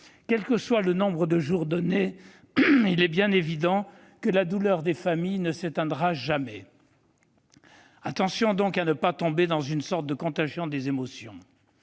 Quel que soit le nombre de jours donnés, il est bien évident que la douleur des familles ne s'éteindra jamais. Attention donc à ne pas tomber dans une sorte de contagion des émotions.